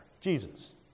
Jesus